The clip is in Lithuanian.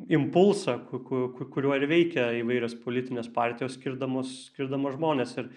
impulsą ku ku ku kuriuo ir veikia įvairios politinės partijos skirdamos skirdamas žmones ir